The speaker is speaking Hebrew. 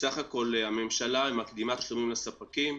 בסך הכול הממשלה מקדימה תשלומים לספקים.